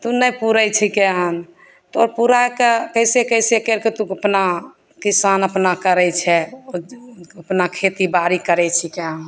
तऽ ओ नहि पुरै छिकै एहन तऽ पुराके अइसे कइसे करिके तू अपना किसान अपना करै छै अपना खेतीबाड़ी करै छिकै